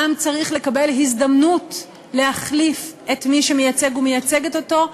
העם צריך לקבל הזדמנות להחליף את מי שמייצג ומייצגת אותו,